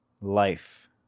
life